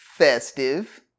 festive